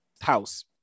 house